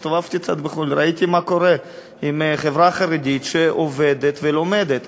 הסתובבתי קצת בחו"ל וראיתי מה קורה עם החברה החרדית שעובדת ולומדת.